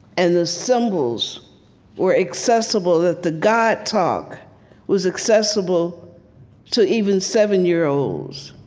and the symbols were accessible, that the god talk was accessible to even seven year olds.